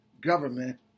government